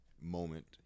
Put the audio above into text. moment